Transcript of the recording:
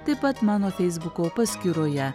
taip pat mano feisbuko paskyroje